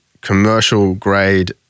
commercial-grade